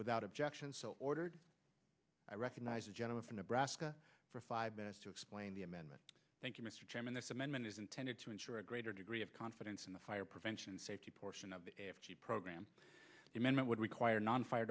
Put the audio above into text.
without objection so ordered i recognize the gentleman from nebraska for five minutes to explain the amendment thank you mr chairman this amendment is intended to ensure a greater degree of confidence in the fire prevention safety portion of the program would require non fire